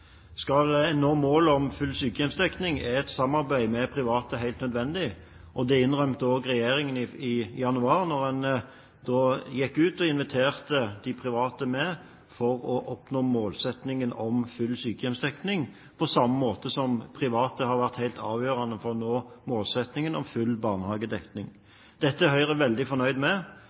Skal en nå målet om full sykehjemsdekning, er et samarbeid med private helt nødvendig. Det innrømmet også regjeringen i januar, da en gikk ut og inviterte de private med for å oppnå målsettingen om full sykehjemsdekning, på samme måte som private har vært helt avgjørende for å nå målsettingen om full barnehagedekning. Dette er Høyre veldig fornøyd med.